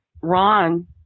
Ron